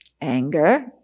anger